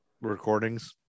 recordings